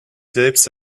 selbst